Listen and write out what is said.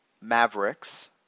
mavericks